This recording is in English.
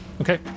okay